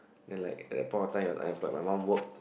then like that point of time he was unemployed my mum worked